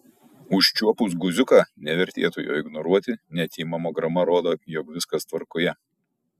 užčiuopus guziuką nevertėtų jo ignoruoti net jei mamograma rodo jog viskas tvarkoje